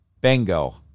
Bingo